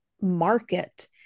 market